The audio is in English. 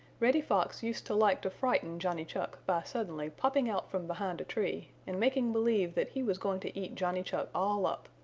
reddy fox used to like to frighten johnny chuck by suddenly popping out from behind a tree and making believe that he was going to eat johnny chuck all up.